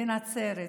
נצרת,